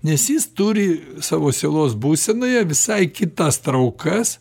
nes jis turi savo sielos būsenoje visai kitas traukas